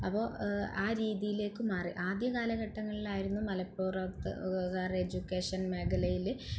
അപ്പോൾ ആ രീതിയിലേക്ക് മാറി ആദ്യ കാലഘട്ടങ്ങളിലായിരുന്നു മലപ്പുറത്ത് ഹയര് എജൂകേഷന് മേഖലയിൽ